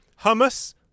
Hummus